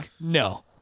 no